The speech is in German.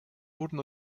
wurden